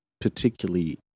particularly